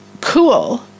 Cool